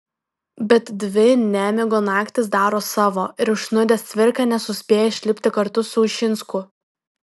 bet dvi nemigo naktys daro savo ir užsnūdęs cvirka nesuspėja išlipti kartu su ušinsku